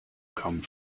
come